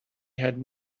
had